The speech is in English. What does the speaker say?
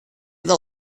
the